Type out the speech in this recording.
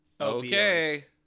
Okay